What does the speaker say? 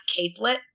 capelet